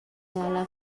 dalla